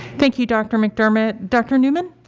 thank you dr. mcdermott. dr. newman?